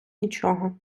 нічого